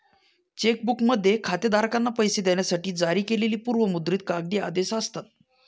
check बुकमध्ये खातेधारकांना पैसे देण्यासाठी जारी केलेली पूर्व मुद्रित कागदी आदेश असतात